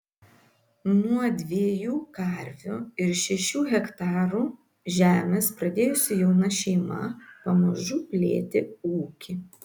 nuo dviejų karvių ir šešių hektarų žemės pradėjusi jauna šeima pamažu plėtė ūkį